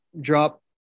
drop